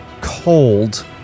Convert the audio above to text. cold